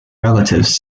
relatives